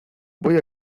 voy